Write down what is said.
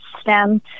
stem